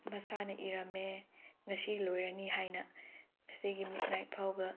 ꯃꯁꯥꯅ ꯏꯔꯝꯃꯦ ꯉꯁꯤ ꯂꯣꯏꯔꯅꯤ ꯍꯥꯏꯅ ꯉꯁꯤꯒꯤ ꯃꯤꯗꯅꯥꯏꯠ ꯐꯥꯎꯕ